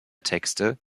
texte